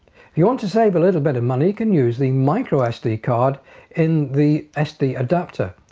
you want to save a little bit of money can use the micro sd card in the sd adapter.